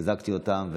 וחיזקתי אותם.